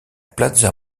plaza